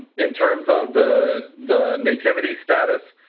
in terms of the the nativity status